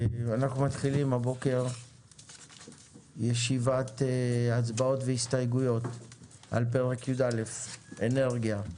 אנחנו מתחילים הבוקר ישיבת הצבעות והסתייגויות על פרק י"א (אנרגיה),